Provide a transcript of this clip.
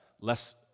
less